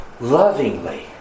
lovingly